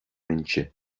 mbinse